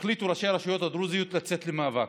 החליטו ראשי הרשויות הדרוזיות לצאת למאבק.